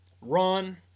run